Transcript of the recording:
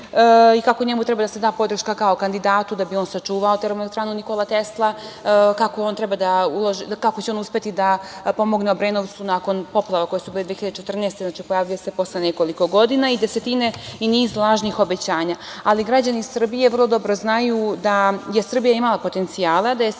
i kako njemu treba da se da podrška kao kandidatu da bi sačuvao Termoelektranu „Nikola Tesla“, kako će on uspeti da pomogne Obrenovcu nakon poplava koje su bile 2014. godine, pojavljuje se posle nekoliko godina, i desetine i niz lažnih obećanja, ali građani Srbije vrlo dobro znaju da je Srbija imala potencijala, da je Srbija